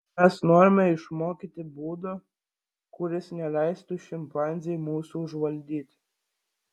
mes norime išmokyti būdo kuris neleistų šimpanzei mūsų užvaldyti